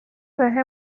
بهم